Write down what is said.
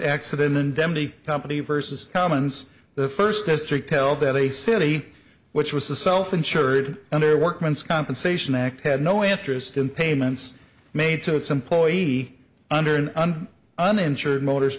indemnity company versus commons the first district held that a city which was the self insured under workman's compensation act had no interest in payments made to its employee under an uninsured motor